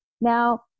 Now